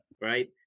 Right